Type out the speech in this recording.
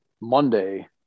monday